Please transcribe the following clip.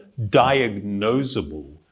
diagnosable